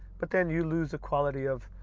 but then you lose the quality of,